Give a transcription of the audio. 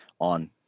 on